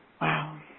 wow